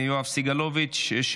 עמית הלוי, תודה.